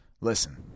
Listen